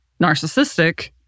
narcissistic